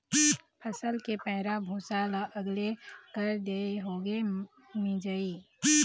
फसल के पैरा भूसा ल अलगे कर देए होगे मिंजई